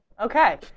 Okay